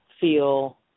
feel